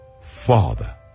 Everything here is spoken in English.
Father